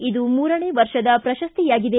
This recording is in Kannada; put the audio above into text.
ಇದು ಮೂರನೇ ವರ್ಷದ ಪ್ರಶಸ್ತಿಯಾಗಿದೆ